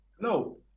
No